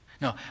No